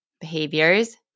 behaviors